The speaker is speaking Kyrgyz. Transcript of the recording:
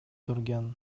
турган